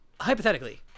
hypothetically